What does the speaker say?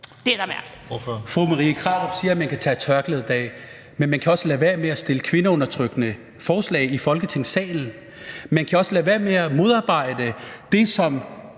Det er der heller